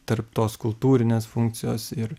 tarp tos kultūrinės funkcijos ir